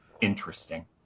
interesting